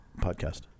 podcast